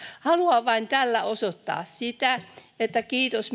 haluan vain tällä osoittaa sitä että kiitos